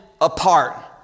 apart